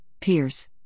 pierce